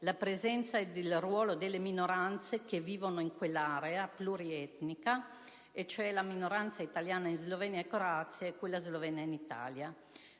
la presenza e il ruolo delle minoranze che vivono in quell'area plurietnica, e cioè la minoranza italiana in Slovenia e Croazia e la minoranza slovena in Italia.